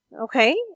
okay